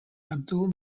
abdul